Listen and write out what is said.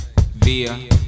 via